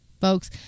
folks